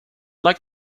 like